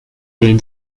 been